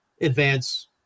advance